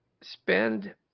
spend